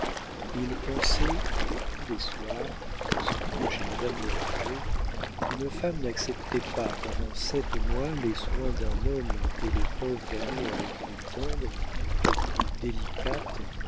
il pensait tous les soirs en sortant de chez madame de langeais qu'une femme n'acceptait pas pendant sept mois les soins d'un homme et les preuves d'amour les plus tendres les plus délicates